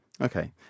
Okay